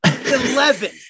Eleven